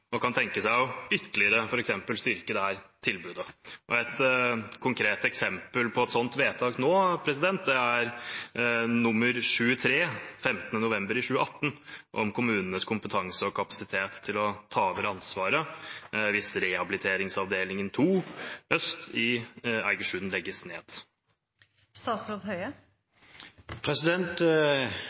og kan tenke seg f.eks. ytterligere å styrke dette tilbudet. Et konkret eksempel på et sånt vedtak nå, er vedtak nr. 23 fra 15. november i 2018, om kommunenes kompetanse og kapasitet til å ta over ansvaret hvis rehabiliteringsavdelingen 2 Øst i Eigersund legges ned.